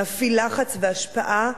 להפעיל לחץ והשפעה,